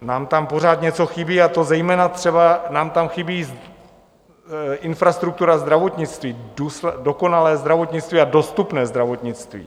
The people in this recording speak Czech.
Nám tam pořád něco chybí, a zejména třeba nám tam chybí infrastruktura zdravotnictví, dokonalé zdravotnictví a dostupné zdravotnictví.